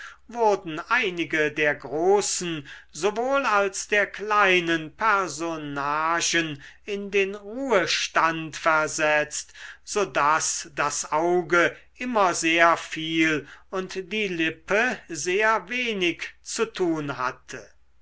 wurden einige der großen sowohl als der kleinen personnagen in den ruhestand versetzt so daß das auge immer sehr viel und die lippe sehr wenig zu tun hatte